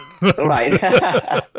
Right